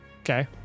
Okay